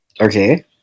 Okay